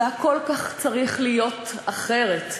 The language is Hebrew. זה היה צריך להיות כל כך אחרת.